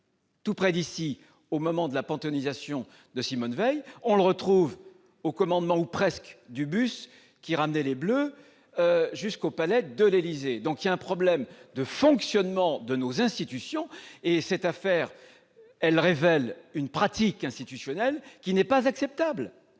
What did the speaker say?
a été reconnu au moment de la panthéonisation de Simone Veil, tout près d'ici, et au commandement, ou presque, du bus qui ramenait les Bleus jusqu'au Palais de l'Élysée. Il y a donc un problème de fonctionnement de nos institutions. Cette affaire révèle une pratique institutionnelle qui n'est pas acceptable.